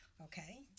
Okay